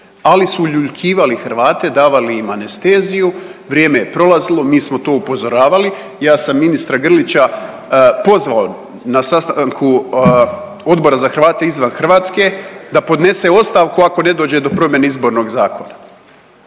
ali su uljuljkivali Hrvate, davali im anesteziju, vrijeme je prolazilo, mi smo to upozoravali, ja sam ministra Grlića pozvao na sastanku Odbora za Hrvate izvan Hrvatske da podnese ostavku ako ne dođe do promijene Izbornog zakona.